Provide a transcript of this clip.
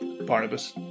Barnabas